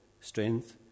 strength